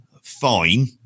fine